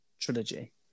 trilogy